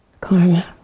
karma